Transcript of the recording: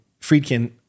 Friedkin